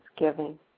thanksgiving